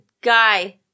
guy